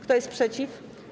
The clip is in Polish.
Kto jest przeciw?